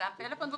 גם פלאפון,